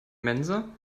mensa